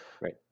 Right